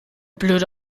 blöde